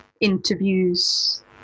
interviews